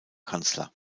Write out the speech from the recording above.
kanzler